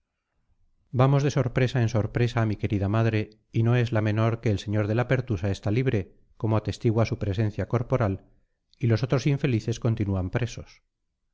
vamos de sorpresa en sorpresa mi querida madre y no es la menor que el señor de la pertusa está libre como atestigua su presencia corporal y los otros infelices continúan presos